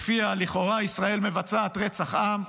שלפיה, לכאורה, ישראל מבצעת רצח עם.